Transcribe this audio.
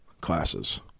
classes